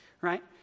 right